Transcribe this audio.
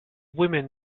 women